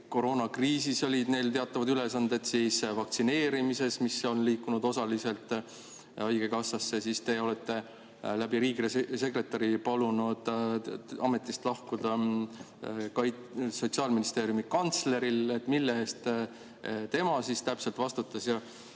koroonakriisis olid tal teatavad ülesanded, siis vaktsineerimises, mis on liikunud osaliselt haigekassasse. Siis te olete läbi riigisekretäri palunud ametist lahkuda Sotsiaalministeeriumi kantsleril – mille eest tema siis täpselt vastutas?